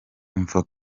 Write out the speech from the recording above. umva